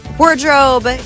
wardrobe